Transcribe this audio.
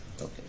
Okay